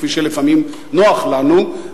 כפי שלפעמים נוח לנו,